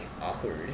awkward